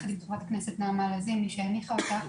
ביחד עם חברת הכנסת נעמה לזימי שהניחה אותה,